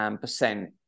percent